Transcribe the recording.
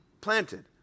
planted